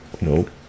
Nope